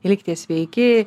likite sveiki